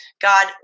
God